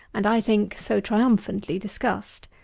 and, i think, so triumphantly discussed.